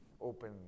open